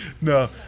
no